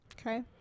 Okay